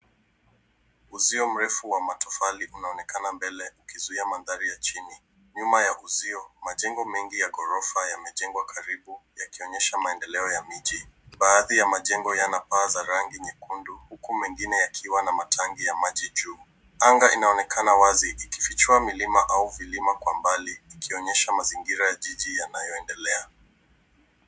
Uzio mrefu wa matofali unaonekana mbele ukizuia mandhari ya chini nyuma ya uzio majengo mengi ya gorofa yamejengwa karibu yakionyesha maendeleo ya miji baadhi ya majengo yanapaa za rangi nyekundu huku mengine yakiwa na matangi ya maji juu anga inaonekana wazi ikifichua milima au vilima kwa mbali ikionyesha mazingira ya jiji yanayoendelea.